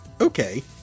okay